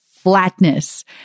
flatness